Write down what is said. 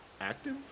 active